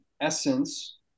essence